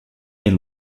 and